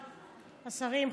השרים,